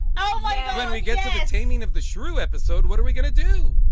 ah like let me get to the taming of the shrew episode. what are we gonna do?